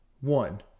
One